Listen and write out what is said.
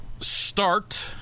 start